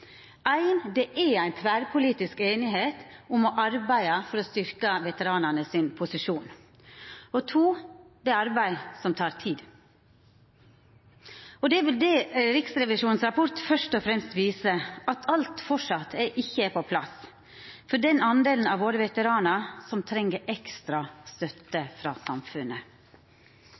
Det eine er at det er tverrpolitisk einigheit om å arbeida for å styrkja posisjonen til veteranane. Det andre er at det er eit arbeid som tek tid. Og det er vel det Riksrevisjonen sin rapport først og fremst viser – at alt enno ikkje er på plass for dei av veteranane våre som treng ekstra støtte frå samfunnet.